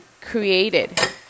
created